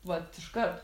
vat iškart